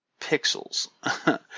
pixels